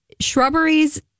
shrubberies